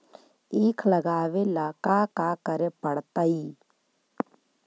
ईख लगावे ला का का करे पड़तैई?